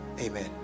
Amen